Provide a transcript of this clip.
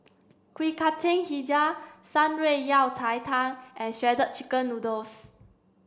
Kuih Kacang Hijau Shan Rui Yao Cai tang and shredded chicken noodles